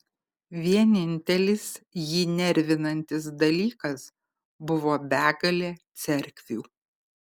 vienintelis jį nervinantis dalykas buvo begalė cerkvių